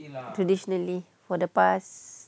traditionally for the past